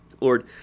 Lord